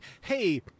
hey